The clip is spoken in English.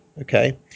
okay